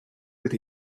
with